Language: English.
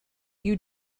you